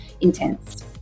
intense